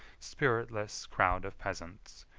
spiritless crowd of peasants,